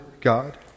God